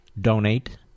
donate